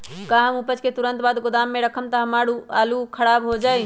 का हम उपज के तुरंत बाद गोदाम में रखम त हमार आलू खराब हो जाइ?